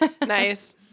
nice